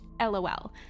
LOL